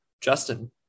Justin